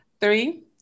Three